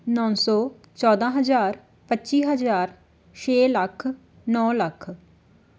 ਨੌ ਸੌ ਚੌਦ੍ਹਾਂ ਹਜ਼ਾਰ ਪੱਚੀ ਹਜ਼ਾਰ ਛੇ ਲੱਖ ਨੌ ਲੱਖ